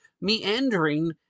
meandering